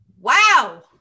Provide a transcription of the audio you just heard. wow